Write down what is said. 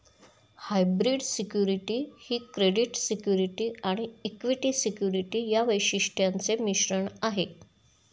hybrid security ही credit security आणि equity security या वैशिष्ट्यांचे मिश्रण आहे